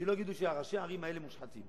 וכדי שלא יגידו שראשי הערים האלה מושחתים.